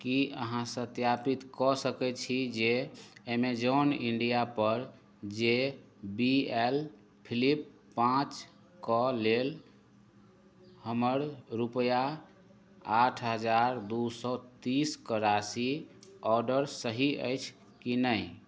कि अहाँ सत्यापित कऽ सकै छी जे एमेजॉन इण्डियापर जे बी एल फ्लिप पाँचके लेल हमर रुपैआ आठ हजार दुइ सओ तीसके राशि ऑडर सही अछि कि नहि